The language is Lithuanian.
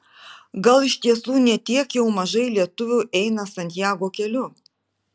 gal iš tiesų ne tiek jau mažai lietuvių eina santiago keliu